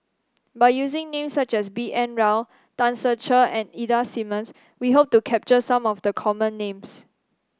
by using names such as B N Rao Tan Ser Cher and Ida Simmons we hope to capture some of the common names